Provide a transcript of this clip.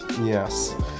yes